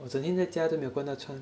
我整天在家都没有关到窗